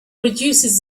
reduces